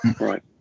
Right